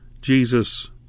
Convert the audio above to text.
Jesus